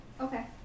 Okay